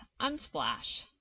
Unsplash